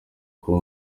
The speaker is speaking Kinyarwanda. kuba